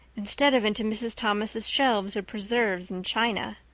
instead of into mrs. thomas' shelves of preserves and china.